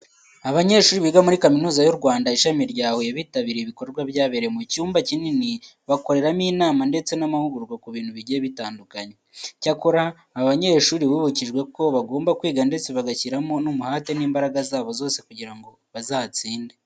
Abanyeshuri biga muri Kaminuza y'u Rwanda, ishami rya Huye bitabiriye ibikorwa byabereye mu cyumba kinini bakoreramo inama ndetse n'amahugurwa ku bintu bigiye bitandukanye. Icyakora aba banyeshuri bibukijwe ko bagomba kwiga ndetse bagashyiramo n'umuhate n'imbaraga zabo zose kugira ngo bazatsinde.